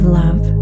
love